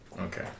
Okay